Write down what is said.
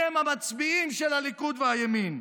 מי הם המצביעים של הליכוד והימין: